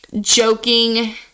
joking